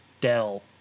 Dell